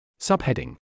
Subheading